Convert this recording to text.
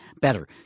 better